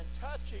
touching